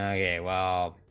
ah a while,